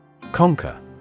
Conquer